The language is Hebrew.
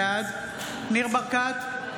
בעד ניר ברקת,